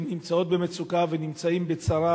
שנמצאות במצוקה ובצרה,